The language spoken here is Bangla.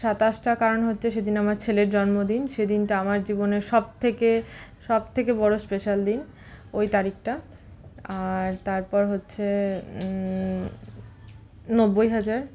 সাতাশটা কারণ হচ্ছে সেদিন আমার ছেলের জন্মদিন সেদিনটা আমার জীবনে সবথেকে সবথেকে বড়ো স্পেশাল দিন ঐ তারিখটা আর তারপর হচ্ছে নব্বই হাজার